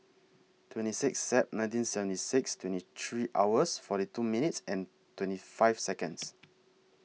twenty Sixth Sep nineteen seventy six twenty three hours forty two minutes and twenty five Seconds